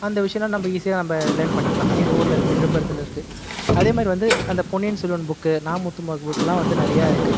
அந்த விஷ்யம்லாம் நம்ம ஈஸியாக நம்ம லேர்ன் பண்ணிக்கலாம் எங்கள் ஊரில் இருக்குது விழுப்புரத்தில் இருக்குது அதேமாதிரி வந்து அந்த பொன்னியின் செல்வன் புக்கு நா முத்துக்குமார் புக்குலாம் வந்து நிறைய இருக்குது